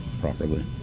properly